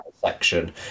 section